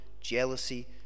jealousy